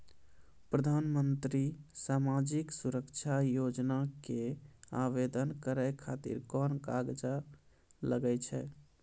प्रधानमंत्री समाजिक सुरक्षा योजना के आवेदन करै खातिर कोन कागज लागै छै?